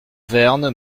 verne